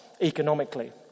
economically